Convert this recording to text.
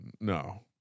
no